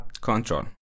control